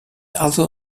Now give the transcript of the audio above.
also